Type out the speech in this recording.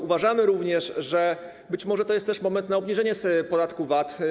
Uważamy również, że być może to jest moment na obniżenie podatku VAT.